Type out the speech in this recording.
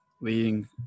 leading